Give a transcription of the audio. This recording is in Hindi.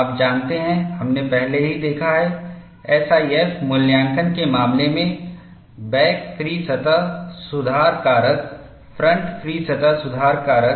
आप जानते हैं हमने पहले ही देखा है एसआईएफ मूल्यांकन के मामले में बैक फ्री सतह सुधार कारक फ्रन्ट फ्री सतह सुधार कारक